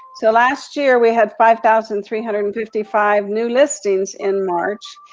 so last year we had five thousand three hundred and fifty five new listings in march,